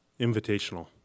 invitational